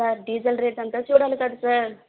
sir diesel rate అంతా చూడాలి కద సార్